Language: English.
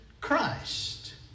Christ